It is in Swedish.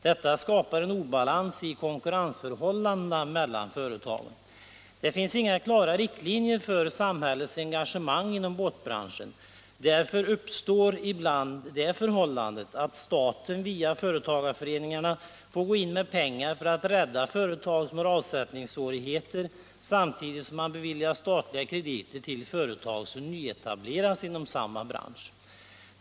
Detta skapar en obalans i konkurrensförhållandena mellan företagen. Det finns inga klara riktlinjer för samhällets engagemang inom båtbranschen. Därför uppstår ibland det förhållandet att staten via företagarföreningarna får gå in med pengar för att rädda företag som har avsättningssvårigheter samtidigt som man beviljar statliga krediter till företag som nyetableras inom samma bransch.